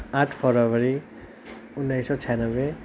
आठ फरवरी उन्नाइस सौ छ्यानब्बे